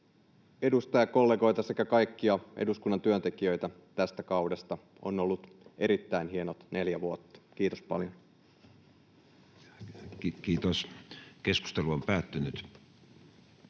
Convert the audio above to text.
edustajakollegoita sekä kaikkia eduskunnan työntekijöitä tästä kaudesta. On ollut erittäin hienot neljä vuotta. Kiitos paljon.